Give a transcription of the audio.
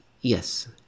yes